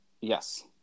Yes